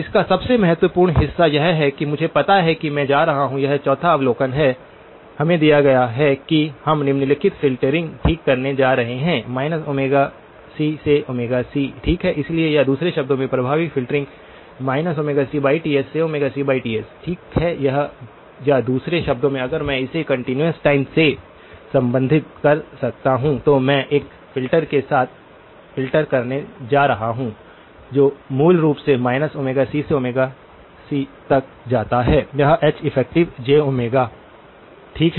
इसका सबसे महत्वपूर्ण हिस्सा यह है कि मुझे पता है कि मैं जा रहा हूं यह चौथा अवलोकन है हमें दिया गया है कि हम निम्नलिखित फ़िल्टरिंग करने जा रहे हैं ठीक cसे c है ठीक इसलिए या दूसरे शब्दों में प्रभावी फ़िल्टरिंग cTs से cTs ठीक है या दूसरे शब्दों में अगर मैं इसे कंटीन्यूअस टाइम से संबंधित कर सकता हूं तो मैं एक फिल्टर के साथ फ़िल्टरिंग करने जा रहा हूं जो मूल रूप से cसे c तक जाता है यह Heff ठीक है